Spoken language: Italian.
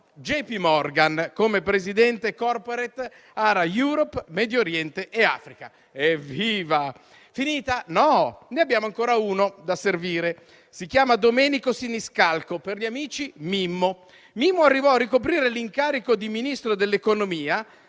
J.P. Morgan come presidente *corporate* area Europe, Medio Oriente e Africa. Evviva! Finita? No, ne abbiamo ancora uno da servire. Si chiama Domenico Siniscalco, per gli amici Mimmo. Mimmo arrivò a ricoprire l'incarico di Ministro dell'economia